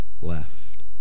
left